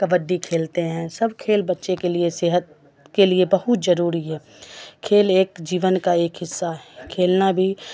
کبڈی کھیلتے ہیں سب کھیل بچے کے لیے صحت کے لیے بہت ضروری ہے کھیل ایک جیون کا ایک حصہ ہے کھیلنا بھی